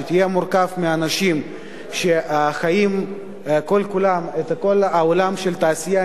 שיהיה מורכב מאנשים שחיים כל-כולם את כל העולם של התעשייה,